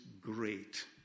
great